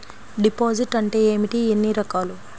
Deposit అంటే ఏమిటీ ఎన్ని రకాలు?